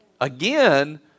Again